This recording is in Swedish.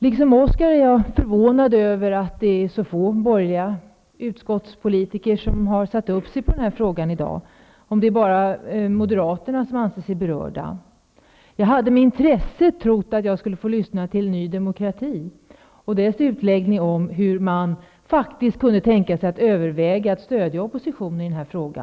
Liksom Oskar Lindkvist är jag förvånad över att det är så få borgerliga utskottsledamöter som har anmält sig på talarlistan i den här frågan. Är det bara moderaterna som anser sig berörda? Jag hade med intresse sett fram emot att få lyssna till en utläggning från Ny demokrati om hur man faktiskt kunde tänka sig att överväga ett stöd till oppositionen i denna fråga.